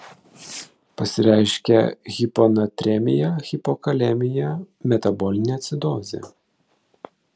pasireiškia hiponatremija hipokalemija metabolinė acidozė